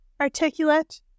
articulate